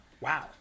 Wow